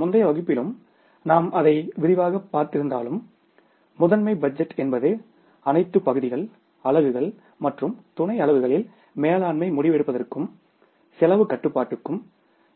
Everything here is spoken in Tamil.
முந்தைய வகுப்பிலும் நாம் அதை விரிவாகப் பார்த்திருந்தாலும் முதன்மை பட்ஜெட் என்பது அனைத்து பகுதிகள் அலகுகள் மற்றும் துணை அலகுகளில் மேலாண்மை முடிவெடுப்பதற்கும் செலவுக் கட்டுப்பாட்டுக்கும்